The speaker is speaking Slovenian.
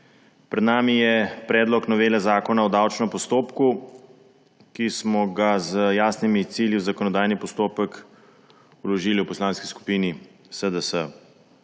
Pred nami je predlog novele Zakona o davčnem postopku, ki smo ga z jasnimi cilji v zakonodajni postopek vložili v Poslanski skupini SDS.